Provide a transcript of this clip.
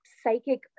psychic